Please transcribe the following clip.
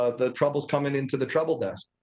ah the trouble coming into the trouble desk.